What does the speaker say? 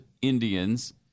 Indians